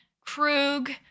Krug